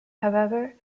however